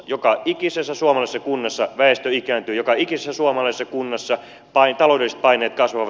joka ikisessä suomalaisessa kunnassa väestö ikääntyy joka ikisessä suomalaisessa kunnassa taloudelliset paineet kasvavat